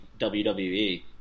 WWE